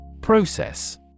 Process